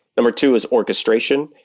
number two is orchestration,